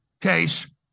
case